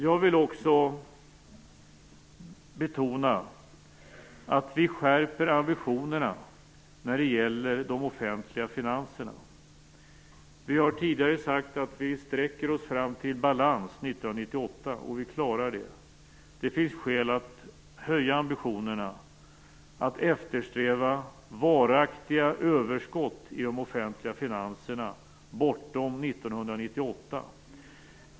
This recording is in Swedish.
Jag vill också betona att vi skärper ambitionerna när det gäller de offentliga finanserna. Vi har tidigare sagt att vi sträcker oss fram till balans 1998, och vi klarar det. Det finns skäl att höja ambitionerna, att eftersträva varaktiga överskott i de offentliga finanserna bortom 1998.